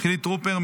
חילי טרופר,